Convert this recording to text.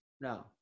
no